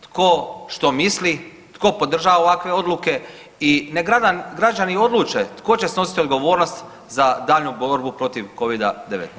Tko što misli, tko podržava ovakve odluke i nek građani odluče tko će snositi odgovornost za daljnju borbu protiv Covida-19.